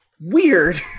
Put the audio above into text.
weird